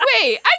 wait